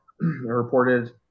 reported